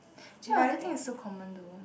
actually marketing is so common though